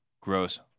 gross